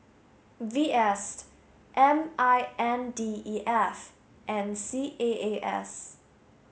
V S M I N D E F and C A A S